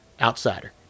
Outsider